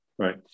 Right